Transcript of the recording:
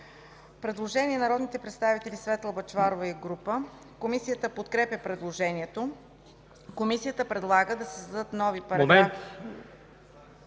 Предложение на народните представители Бъчварова и група. Комисията подкрепя предложението. Комисията предлага да се създаде § 19: